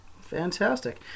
Fantastic